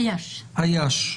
אייאש,